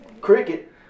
cricket